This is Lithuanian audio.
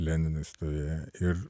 leninui stovėjo ir